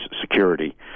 security